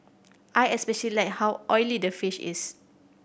I especially like how oily the dish is